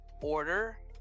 order